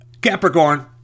Capricorn